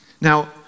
Now